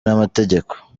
n’amategeko